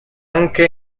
anche